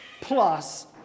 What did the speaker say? plus